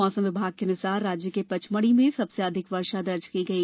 मौसम विभाग के अनुसार राज्य के पचमढ़ी में सबसे अधिक वर्षा दर्ज की गई